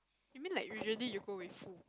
you mean like usually you go with who